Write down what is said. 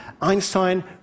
Einstein